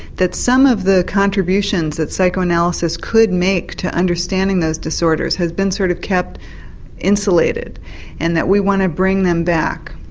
that some of the contributions that psychoanalysis could make to understanding those disorders have been sort of kept insulated and we want to bring them back.